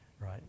right